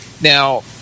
Now